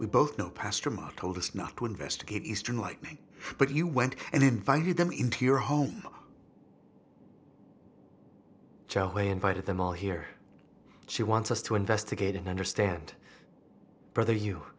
we both know pastor mark told us not to investigate eastern lightning but you went and invited them into your home joe who invited them all here she wants us to investigate and understand brother you